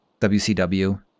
WCW